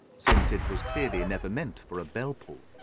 since it was clearly never meant for a bell-pull.